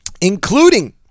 including